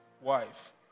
wife